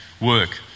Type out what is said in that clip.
work